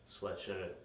Sweatshirt